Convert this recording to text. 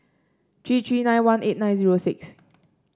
three three nine one eight nine zero six